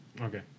okay